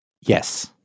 Yes